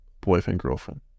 boyfriend-girlfriend